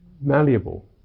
malleable